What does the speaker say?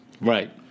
Right